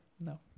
No